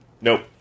Nope